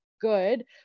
good